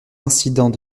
incidents